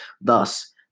Thus